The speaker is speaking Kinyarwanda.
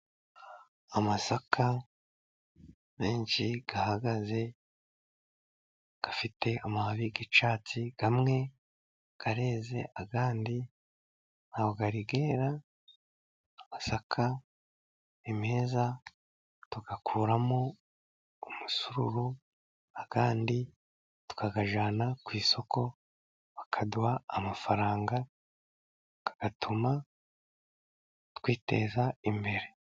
Amasaka menshi ahagaze, afite amababi y'icyatsi, amwe areze, andi ntabwo yari yera, amasaka ni meza, tuyakuramo umusururu, ayandi tukayajyana ku isoko, bakaduha amafaranga, agatuma twiteza imbere.